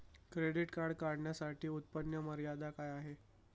Credit card काढण्यासाठी उत्पन्न मर्यादा काय आहे?